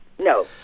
No